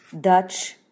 Dutch